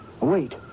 Wait